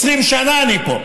20 שנה אני פה.